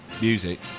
music